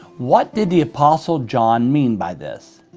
what did the apostle john mean by this?